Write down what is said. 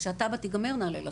כשהתב"ע תגמר נעלה לשטח.